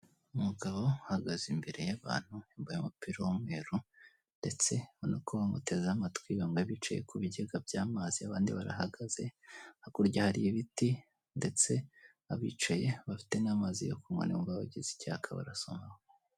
Umugabo uhagaze imbere y'abantu yambaye umupira w'umweru ndetse ubona ko bateze n'amatwi, bamwe bicaye kubigega by'amazi abandi barahagaze hakurya hari ibiti ndetse abicaye bafite n'amazi yo kunywa nibumva bafite icyaka barasomaho.